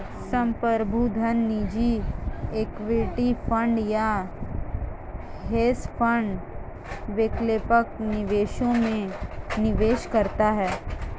संप्रभु धन निजी इक्विटी फंड या हेज फंड वैकल्पिक निवेशों में निवेश करता है